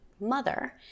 mother